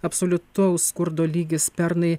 absoliutaus skurdo lygis pernai